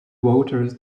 voters